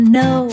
no